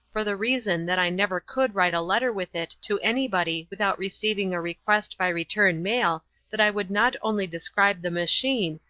for the reason that i never could write a letter with it to anybody without receiving a request by return mail that i would not only describe the machine,